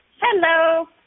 hello